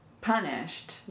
punished